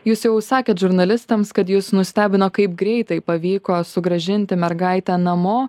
jūs jau sakėt žurnalistams kad jus nustebino kaip greitai pavyko sugrąžinti mergaitę namo